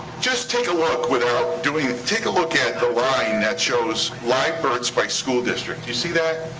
just take a look, without doing. take a look at the line that shows live births by school district. do you see that?